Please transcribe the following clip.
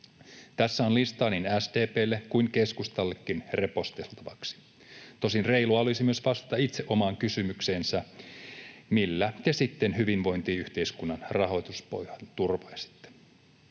Tässä on listaa niin SDP:lle kuin keskustallekin reposteltavaksi. Tosin reilua olisi myös vastata itse omaan kysymykseensä, että millä te sitten hyvinvointiyhteiskunnan rahoituspohjan turvaisitte.